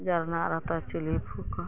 जरना रहतऽ चुल्ही फूकऽ